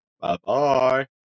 Bye-bye